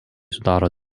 sudaro